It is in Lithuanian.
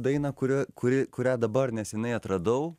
dainą kurią kuri kurią dabar nesenai atradau